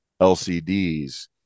LCDs